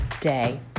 day